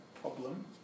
problem